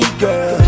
girl